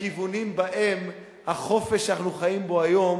לכיוונים שבהם החופש שאנחנו חיים בו היום